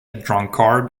drunkard